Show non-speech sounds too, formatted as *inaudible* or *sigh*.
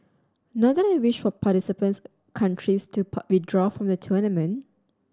not that I wish for participates countries to *unintelligible* withdraw from the tournament